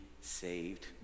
saved